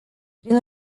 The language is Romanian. prin